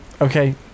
Okay